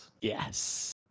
Yes